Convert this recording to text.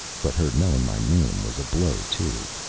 but her knowing my name was a blow, too.